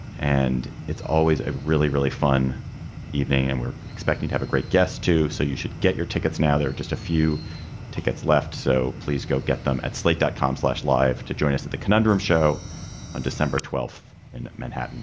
and it's always a really really fun evening and we're expecting to have a great guest too so you should get your tickets now. there are just a few tickets left so please go get them at slate dot com slash live to join us at the conundrum show on december twelfth in manhattan